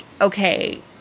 okay